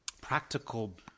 practical